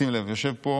שים לב, יושב פה